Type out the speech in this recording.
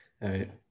right